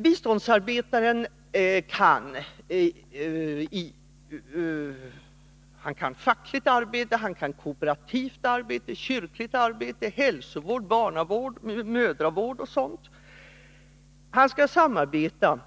Biståndsarbetaten kan fackligt arbete, kooperativt arbete, kyrkligt arbete, hälsovård, barnavård, mödravård och sådant. Han skall samarbeta